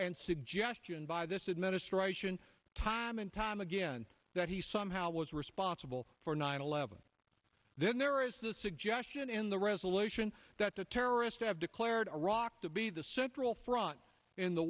and suggestion by this administration time and time again that he somehow was responsible for nine eleven then there is the suggestion in the resolution that the terrorists have declared iraq to be the central front in the